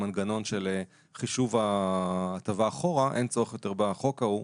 מנגנון של חישוב ההטבה אחורה אין יותר צורך בחוק ההוא,